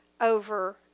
over